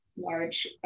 large